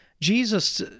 jesus